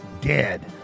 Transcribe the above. dead